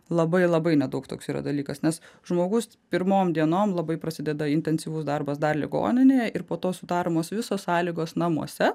labai labai nedaug toks yra dalykas nes žmogus pirmom dienom labai prasideda intensyvus darbas dar ligoninėje ir po to sudaromos visos sąlygos namuose